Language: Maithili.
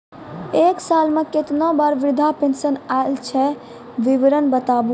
एक साल मे केतना बार वृद्धा पेंशन आयल छै विवरन बताबू?